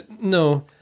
No